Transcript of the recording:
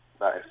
Nice